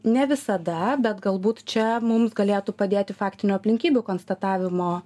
ne visada bet galbūt čia mums galėtų padėti faktinių aplinkybių konstatavimo